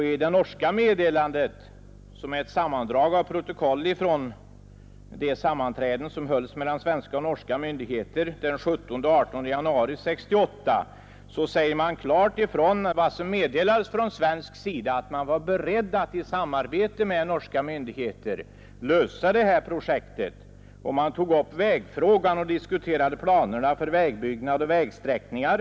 I det norska meddelandet, som är ett sammandrag av protokollen från de sammanträden som hölls mellan svenska och norska myndigheter den 17 och 18 januari 1968, säger man klart ifrån vad som meddelades från svensk sida att man var beredd att i samarbete med norska myndigheter lösa detta projekt. Man tog upp vägfrågan och diskuterade planerna för vägbyggnad och vägsträckningar.